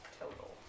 Total